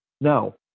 No